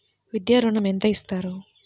విద్యా ఋణం ఎంత ఇస్తారు?